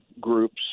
groups